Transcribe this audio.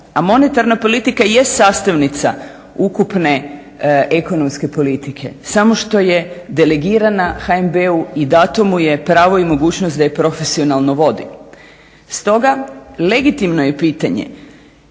A monetarna politika jest sastavnica ukupne ekonomske politike samo što je delegirana HNB-u i dato mu je pravo i mogućnost da je profesionalno vodi. Stoga legitimno je pitanje